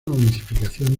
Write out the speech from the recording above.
unificación